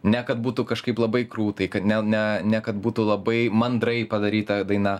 ne kad būtų kažkaip labai krūtai kad ne ne ne kad būtų labai mandrai padaryta daina